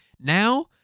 Now